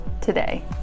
today